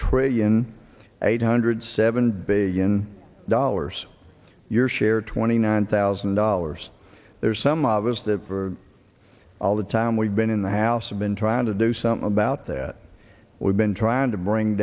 trillion eight hundred seven billion dollars your share twenty nine thousand dollars there's some of us that for all the time we've been in the house i've been trying to do something about that we've been trying to bring